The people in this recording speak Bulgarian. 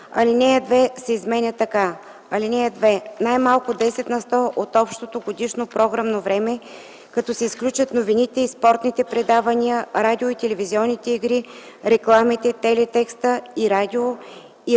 Алинея 2 се изменя така: „(2) Най-малко 10 на сто от общото годишно програмно време, като се изключат новините и спортните предавания, радио- и телевизионните игри, рекламите, телетекстът, и радио-